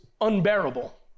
unbearable